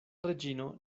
reĝino